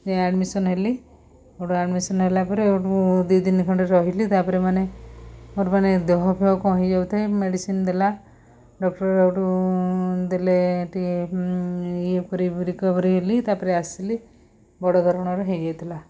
ଯାଇ ଆଡ଼ମିସନ୍ ହେଲି ହେଠୁ ଆଡ଼୍ମିସନ୍ ହେଲାପରେ ହେଉଠୁ ମୁଁ ଦୁଇ ଦିନ ଖଣ୍ଡେ ରହିଲି ତା'ପରେ ମାନେ ମୋର ମାନେ ଦେହ ଫେହ କ'ଣ ହେଇଯାଉଥାଏ ମେଡ଼ିସିନ୍ ଦେଲା ଡକ୍ଟର୍ ସେଇଠୁ ଦେଲେ ଟିକିଏ ଇଏ କରି ଟିକିଏ ରିକଭରି ହେଲି ତା'ପରେ ଆସିଲି ବଡ଼ ଧରଣରେ ହେଇଯାଇଥିଲା